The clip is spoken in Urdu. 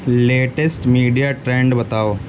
لیٹسٹ میڈیا ٹرینڈ بتاؤ